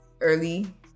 early